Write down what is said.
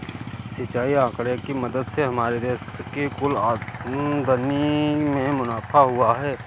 सिंचाई आंकड़े की मदद से हमारे देश की कुल आमदनी में मुनाफा हुआ है